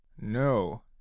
No